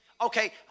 Okay